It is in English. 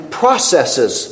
processes